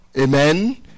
Amen